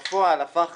בפועל הפך